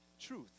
truth